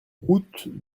route